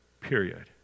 Period